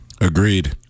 Agreed